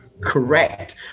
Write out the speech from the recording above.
correct